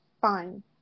fine